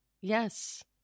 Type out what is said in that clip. Yes